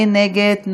מי נגד?